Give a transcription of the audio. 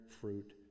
fruit